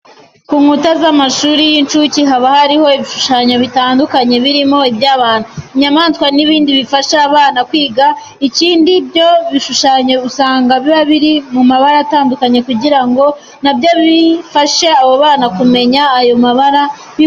Ku nkuta z'amashuri y'incuke haba hariho ibishushanyo bitandukanye birimo iby'abantu, inyamaswa n'ibindi bifasha aba bana kwiga neza. Ikindi kandi, ibyo bishushanyo usabga biba biri mu mabara atandukanye kugira ngo na byo bifashe abo bana kumenya ayo mabara biboreheye.